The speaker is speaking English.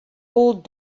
old